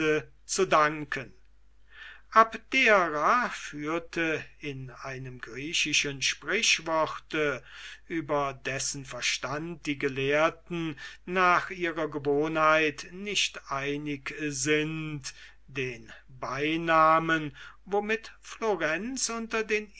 zu danken abdera führte in einem griechischen sprüchworte über dessen verstand die gelehrten nach ihrer gewohnheit nicht einig sind den beinamen womit florenz unter den